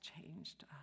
changed